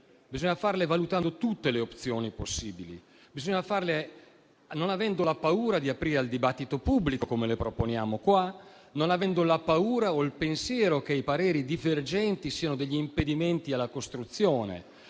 bisogna farle bene, valutando tutte le opzioni possibili. Bisogna farle non avendo paura di aprire il dibattito pubblico, come le proponiamo con questi emendamenti, e non avendo la paura o il pensiero che i pareri divergenti siano degli impedimenti alla costruzione.